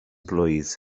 blwydd